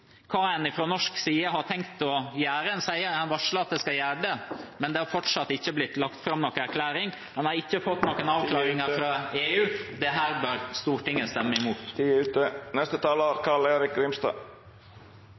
hva en fra norsk side har tenkt å gjøre. En har varslet at en skal gjøre det, men det er fortsatt ikke blitt lagt fram noen erklæring, en har ikke fått noen avklaringer fra EU. Dette bør Stortinget stemme imot.